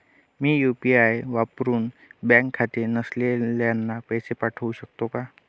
मी UPI वापरुन bank खाते नसलेल्यांना पैसे पाठवू शकते का?